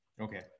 okay